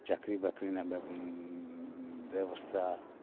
ᱪᱟᱹᱠᱨᱤ ᱵᱟᱹᱠᱨᱤ ᱨᱮᱱᱟᱜ ᱵᱮᱵᱥᱟ